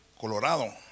Colorado